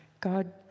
God